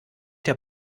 der